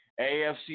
AFC